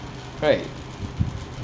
right